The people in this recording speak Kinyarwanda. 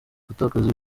gutakaza